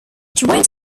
trains